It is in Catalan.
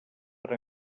per